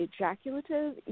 ejaculative